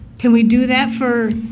can we do that for